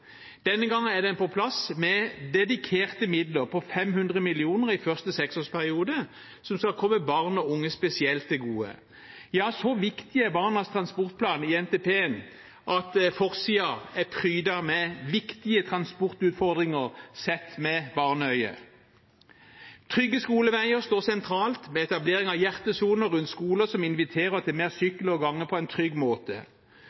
Denne gangen er den på plass med dedikerte midler på 500 mill. kr i første seksårsperiode, som skal komme barn og unge spesielt til gode. Ja, så viktig er Barnas transportplan i NTP-en at forsiden er prydet med viktige transportutfordringer sett med barneøyne. Trygge skoleveier står sentralt med etablering av hjertesoner rundt skoler, som inviterer til mer